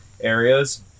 areas